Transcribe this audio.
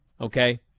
okay